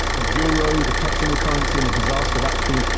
the euro, the kind of single currency, and the disaster that's been.